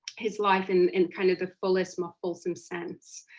his life in in kind of the fullest more wholesome sense.